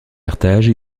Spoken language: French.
carthage